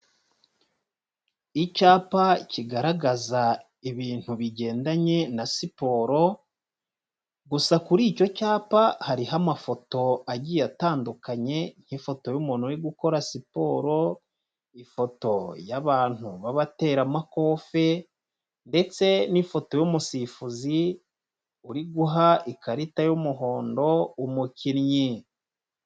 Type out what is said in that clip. Icyapa kigaragaza ibintu bigendanye na siporo gusa kuri icyo cyapa, hariho amafoto agiye atandukanye, nk'ifoto y'umuntu uri gukora siporo, ifoto y'abantu b'abateramakofe ndetse n'ifoto y'umusifuzi, uri guha ikarita y'umuhondo umukinnyi.